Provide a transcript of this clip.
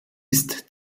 ist